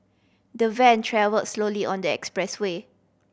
the van travelled slowly on their expressway